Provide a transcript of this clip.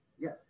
Yes